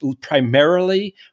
Primarily